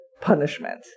punishment